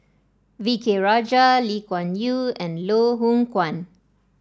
V K Rajah Lee Kuan Yew and Loh Hoong Kwan